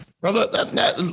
Brother